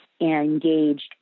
engaged